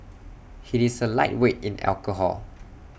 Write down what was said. he is A lightweight in alcohol